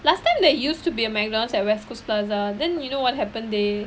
last time they used to be a McDonald's at west coast plaza then you know what happen they